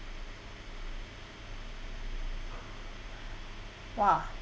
!wah!